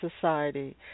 society